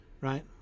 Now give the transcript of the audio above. right